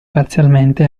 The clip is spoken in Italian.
parzialmente